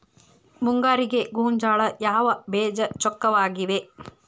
ಮುಂಗಾರಿಗೆ ಗೋಂಜಾಳ ಯಾವ ಬೇಜ ಚೊಕ್ಕವಾಗಿವೆ?